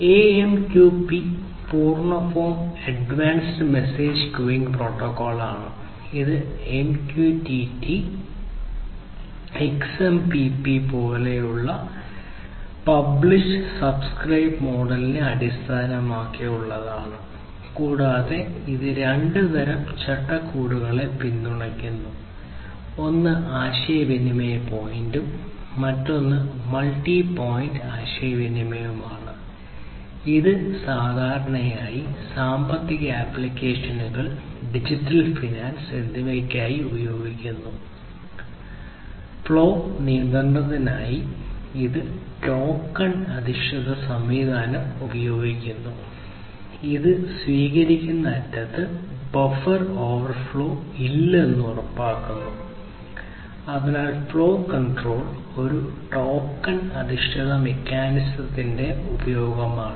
AMQP പൂർണ്ണ form advanced message queuing protocol അധിഷ്ഠിത മെക്കാനിസത്തിന്റെ ഉപയോഗമാണ്